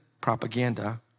propaganda